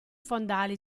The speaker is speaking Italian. fondali